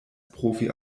profi